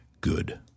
good